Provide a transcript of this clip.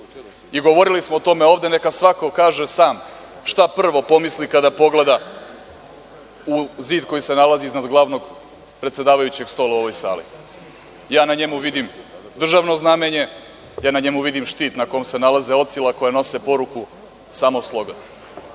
slogu. Govorili smo o tome ovde neka svako kaže sam šta prvo pomisli kada pogleda u zid koji se nalazi iznad glavnog predsedavajućeg stola u ovoj sali. Ja na njemu vidim državno znamenje, ja na njemu vidim štit na kome se nalaze ocila koja nose poruku – Samo